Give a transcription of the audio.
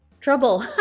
Trouble